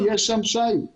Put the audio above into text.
יש שם שיט.